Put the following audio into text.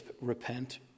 repent